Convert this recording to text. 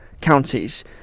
counties